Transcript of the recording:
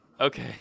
Okay